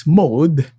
mode